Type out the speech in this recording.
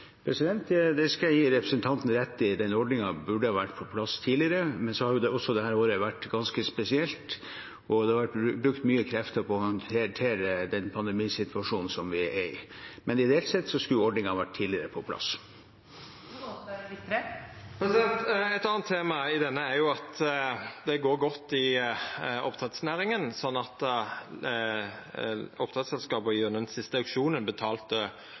Det skal jeg gi representanten rett i: Denne ordningen burde ha vært på plass tidligere, men dette året har også vært ganske spesielt. Det har vært brukt mye krefter på å håndtere pandemisituasjonen vi er i. Men ideelt sett skulle ordningen ha vært på plass tidligere. Eit anna tema her er at det går godt i oppdrettsnæringa, slik at oppdrettsselskapa gjennom den siste auksjonen betalte